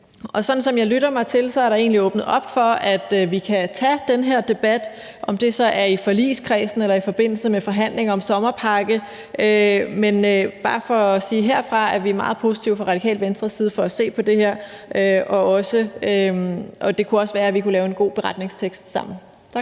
Sådan som jeg lytter mig frem til det, er der egentlig åbnet op for, at vi kan tage den her debat, om det så er i forligskredsen eller i forbindelse med forhandlinger om sommerpakken. Det er bare for at sige, at herfra er vi fra Det Radikale Venstres side meget positive over for at se på det her, og det kunne også være, at vi kunne lave en god beretningstekst sammen. Tak.